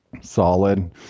solid